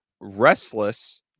Restless